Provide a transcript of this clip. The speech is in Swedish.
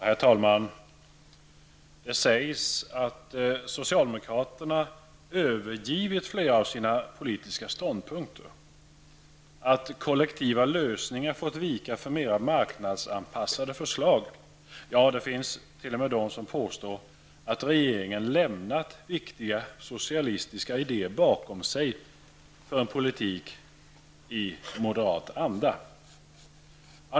Herr talman! Det sägs att socialdemokraterna övergivit flera av sina politiska ståndpunkter, att kollektiva lösningar fått vika för mer marknadsanpassade förslag, ja, det finns t.o.m. de som påstår att regeringen lämnat viktiga socialistiska idéer bakom sig för en politik i moderat anda.